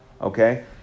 Okay